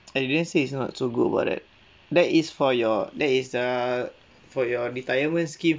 I didn't say is not so good about that that is for your that is err for your retirement scheme